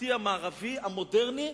התרבותי המערבי המודרני,